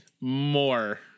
More